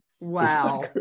Wow